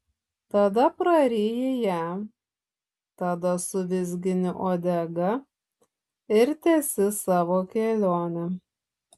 tada praryji ją tada suvizgini uodega ir tęsi savo kelionę